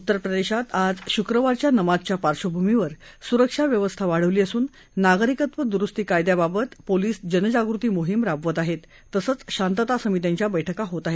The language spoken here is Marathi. उत्तर प्रदेशात आज श्क्रवारच्या नमाजच्या पार्श्वभूमीवर स्रक्षा व्यवस्था वाढवली असून नागरिकत्व द्रस्ती कायद्याबाबत पोलीस जनजागृती मोहीम राबवत आहेत तसंच शांतता समित्यांच्या बैठका होत आहेत